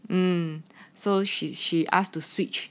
um so she's she asked to switch